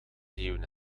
leeuwen